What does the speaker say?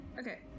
Okay